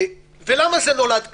למה זה נולד ככה?